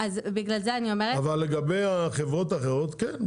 אבל לגבי החברות האחרות כן,